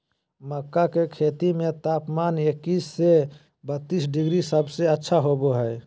मक्का के खेती में तापमान इक्कीस से बत्तीस डिग्री सबसे अच्छा होबो हइ